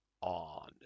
on